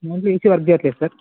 మా ఇంట్లో AC work చేయట్లేదు సార్